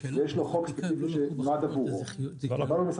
ויש חוק שנועד עבורו אמרנו למשרד